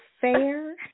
fair